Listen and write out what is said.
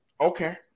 okay